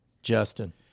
Justin